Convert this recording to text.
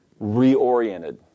reoriented